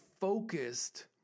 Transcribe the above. focused